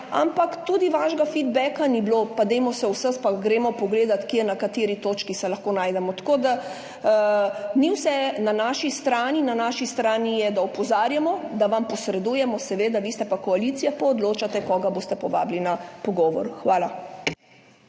ampak tudi vašega feedbacka ni bilo. Usedimo se in poglejmo, kje, na kateri točki se lahko najdemo. Ni vse na naši strani. Na naši strani je, da opozarjamo, da vam posredujemo, seveda ste pa vi koalicija in odločate, koga boste povabili na pogovor. Hvala.